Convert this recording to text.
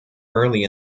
early